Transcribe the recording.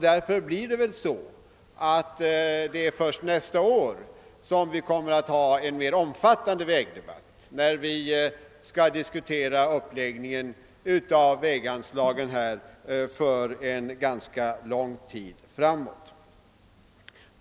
Därför kommer vi väl att få en mera omfattande vägdebatt först nästa år när vi skall diskutera uppläggningen av vägpolitiken för en ganska lång tid framåt.